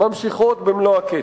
נמשכות במלוא הקצב.